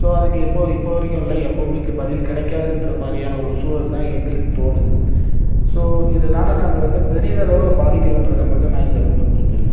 so அதுக்கு எப்போது இப்போது வரைக்கும் இல்லை எப்போவுமே பதில் கிடைக்காதுன்ற மாதிரியான ஒரு சூழல் தான் எங்களுக்கு தோணுது ஸோ இதனால நாங்கள் வந்து பெரிதளவில் பாதிக்கிறோம்ன்றத மட்டும் நான் இந்த இடத்தில் குறிப்பிடுறேன்